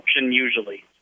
usually